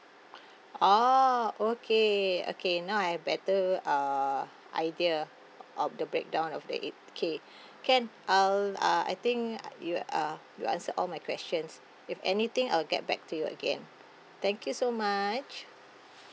orh okay okay now I have better uh idea of the breakdown of the eight K can I'll uh I think uh you uh you answered all my questions if anything I'll get back to you again thank you so much